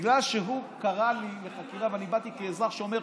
בגלל שהוא קרא לי לחקירה ואני באתי כאזרח שומר חוק,